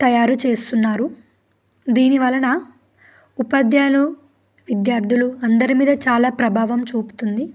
తయారు చేస్తున్నారు దీని వలన ఉపాధ్యాయులు విద్యార్థులు అందరిమీద చాలా ప్రభావం చూపుతుంది